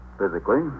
physically